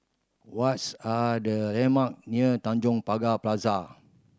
what's are the landmark near Tanjong Pagar Plaza